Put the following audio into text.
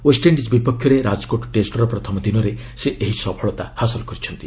West Indies ବିପକ୍ଷରେ ରାଜକୋଟ୍ ଟେଷ୍ଟର ପ୍ରଥମ ଦିନରେ ସେ ଏହି ସଫଳତା ହାସଲ କରିଛନ୍ତି